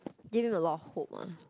give him a lot hope ah